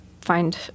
find